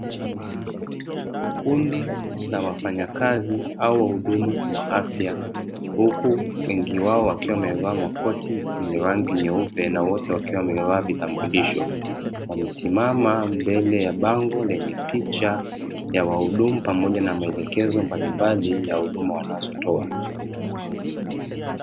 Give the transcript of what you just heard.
Kundi la wafanyakazi au wahudumu wa afya huku wengi wao wakiwa wamevaa makoti yenye rangi nyeupe na wote wakiwa wamevaa vitambulisho, wamesimama mbele ya bango lenye picha ya wahudumu pamoja na maelekezo mbalimbali ya huduma wanazotoa.